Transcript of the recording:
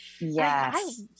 Yes